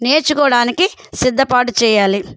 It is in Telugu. నేర్చుకోడానికి సిద్ధపాటు చేయాలి